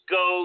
go